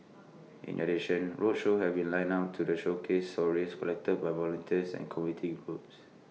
in addition roadshows have been lined up to the showcase stories collected by volunteers and community groups